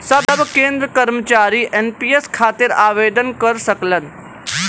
सब केंद्र कर्मचारी एन.पी.एस खातिर आवेदन कर सकलन